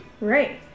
Right